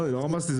לא רמזתי.